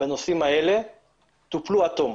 בנושאים האלה טופלו עד תום.